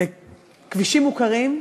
אלה כבישים מוכרים,